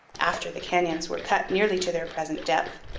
after the canyons were cut nearly to their present depth,